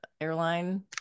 airline